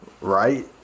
right